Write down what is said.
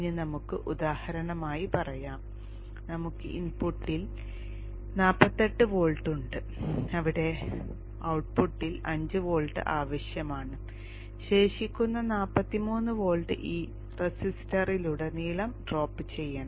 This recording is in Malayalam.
ഇനി നമുക്ക് ഉദാഹരണമായി പറയാം നമുക്ക് ഇൻപുട്ടിൽ 48 വോൾട്ട് ഉണ്ട് ഇവിടെ ഔട്ട്പുട്ടിൽ 5 വോൾട്ട് ആവശ്യമാണ് ശേഷിക്കുന്ന 43 വോൾട്ട് ഈ റെസിസ്റ്ററിലുടനീളം ഡ്രോപ്പ് ചെയ്യണം